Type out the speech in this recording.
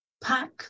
pack